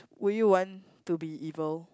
would you want to be evil